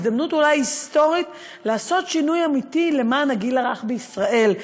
להזדמנות היסטורית לעשות שינוי אמיתי למען הגיל הרך בישראל.